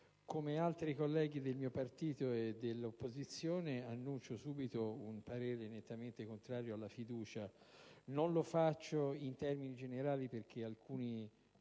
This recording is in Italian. come altri colleghi del mio partito e dell'opposizione, preannuncio subito un voto nettamente contrario alla fiducia; non lo faccio in termini generali, perché alcuni